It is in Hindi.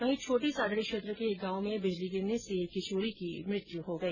वहीं छोटी सादडी क्षेत्र के एक गांव में बिजली गिरने से एक किशोरी की मृत्यू हो गई